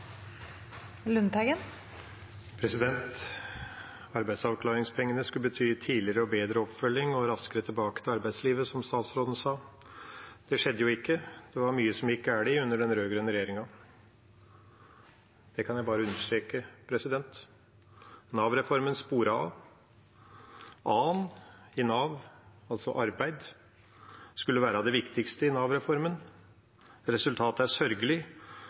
Arbeidsavklaringspengene skulle bety tidligere og bedre oppfølging og at en kom raskere tilbake til arbeidslivet, som statsråden sa. Det skjedde jo ikke. Det var mye som gikk galt under den rød-grønne regjeringen. Det kan jeg bare understreke. Nav-reformen sporet av. A-en i Nav, altså arbeid, skulle være det viktigste i Nav-reformen, og resultatet er sørgelig